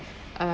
uh